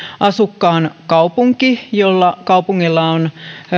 asukkaan kaupunki jolla on